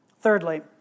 Thirdly